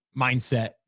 mindset